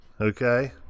Okay